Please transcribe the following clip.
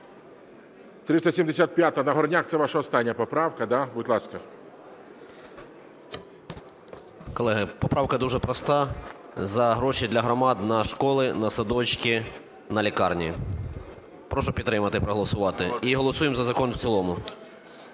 375. Нагорняк, це ваша остання поправка, да? Будь ласка. 13:58:03 НАГОРНЯК С.В. Колеги, поправка дуже проста: за гроші для громад на школи, на садочки, на лікарні. Прошу підтримати і проголосувати. І голосуємо за закон в цілому.